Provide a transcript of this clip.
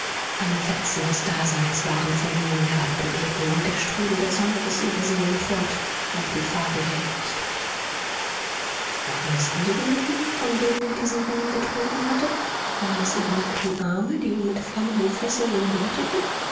alle fetzen des daseins waren von ihnen herabgeglitten und der strudel der sonne riß ihre seelen fort auf die pfade der ewigkeit waren es ihre lippen von denen er diesen wahn getrunken hatte waren es ihre nackten arme die ihn mit flammenden fesseln umgürteten